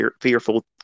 fearful